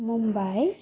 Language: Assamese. মুম্বাই